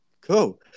cool